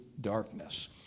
darkness